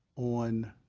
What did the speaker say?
on